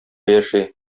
яши